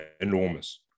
enormous